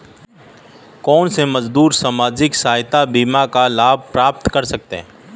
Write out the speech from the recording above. कौनसे मजदूर सामाजिक सहायता बीमा का लाभ प्राप्त कर सकते हैं?